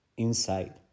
Inside